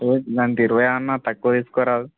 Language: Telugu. ఓ దానికి ఇరవయ్యా అన్నా తక్కువ తీసుకోరాదు